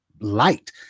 light